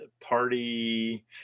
party